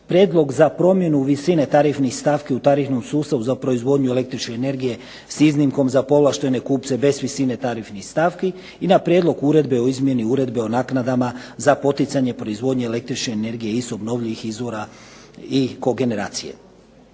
prijedlog za promjenu visine tarifnih stavki u tarifnom sustavu za proizvodnju električne energije s iznimkom za povlaštene kupce bez visine tarifnih stavki i na prijedlog uredbe o izmjeni uredbe o naknadama za poticanje proizvodnje električne energije iz obnovljivih izvora i kogeneracije.